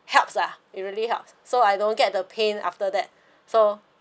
helps lah it really helps so I don't get the pain after that so